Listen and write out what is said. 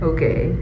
Okay